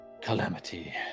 calamity